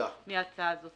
מההצעה הזו.